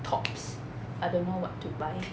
tops I don't know what to buy